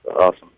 Awesome